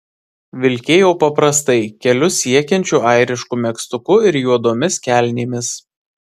vilkėjo paprastai kelius siekiančiu airišku megztuku ir juodomis kelnėmis